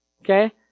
okay